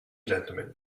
gentlemen